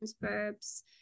verbs